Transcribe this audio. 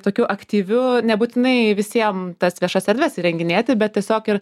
tokiu aktyviu nebūtinai visiem tas viešas erdves įrenginėti bet tiesiog ir